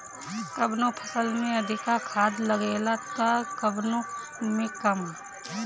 कवनो फसल में अधिका खाद लागेला त कवनो में कम